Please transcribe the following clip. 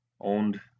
owned